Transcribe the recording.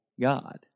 God